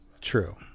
True